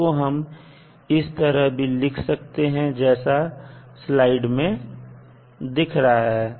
इसको हम इस तरह भी लिख सकते हैं जैसा स्लाइड में दिख रहा है